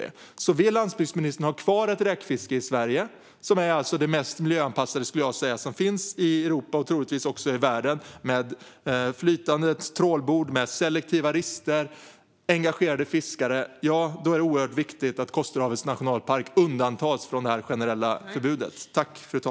Om landsbygdsministern vill ha kvar ett räkfiske i Sverige, som alltså är det mest miljöanpassade som finns i Europa och troligtvis också i världen, med flytande trålbord, selektiva rister och engagerade fiskare, är det oerhört viktigt att Kosterhavets nationalpark undantas från det generella förbudet.